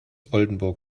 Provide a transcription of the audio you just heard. oldenburg